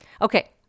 Okay